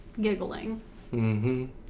giggling